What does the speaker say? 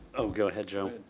oh, go ahead joe.